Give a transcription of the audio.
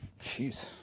jeez